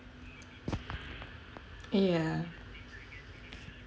ya